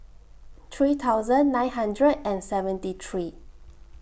three thousand nine hundred and seventy three